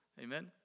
Amen